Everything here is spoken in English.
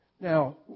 Now